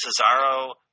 Cesaro